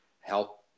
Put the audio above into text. help